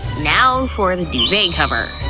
now for the duvet cover.